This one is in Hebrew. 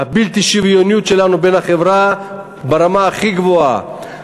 האי-שוויוניות שלנו בחברה ברמה הכי גבוהה.